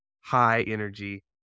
high-energy